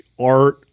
art